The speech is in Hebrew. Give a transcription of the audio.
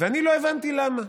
ואני לא הבנתי למה,